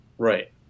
right